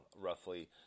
roughly